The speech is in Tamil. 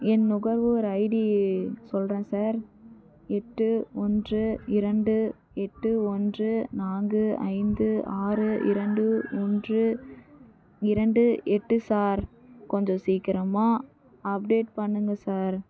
என் நுகர்வோர் ஐடி சொல்கிறேன் சார் எட்டு ஒன்று இரண்டு எட்டு ஒன்று நான்கு ஐந்து ஆறு இரண்டு ஒன்று இரண்டு எட்டு சார் கொஞ்சம் சீக்கிரமாக அப்டேட் பண்ணுங்கள் சார்